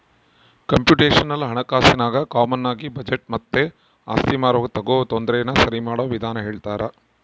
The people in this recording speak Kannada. ಕಂಪ್ಯೂಟೇಶನಲ್ ಹಣಕಾಸಿನಾಗ ಕಾಮಾನಾಗಿ ಬಜೆಟ್ ಮತ್ತೆ ಆಸ್ತಿ ಮಾರುವಾಗ ಆಗೋ ತೊಂದರೆನ ಸರಿಮಾಡೋ ವಿಧಾನ ಹೇಳ್ತರ